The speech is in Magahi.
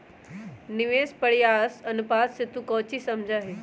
निवेश परिव्यास अनुपात से तू कौची समझा हीं?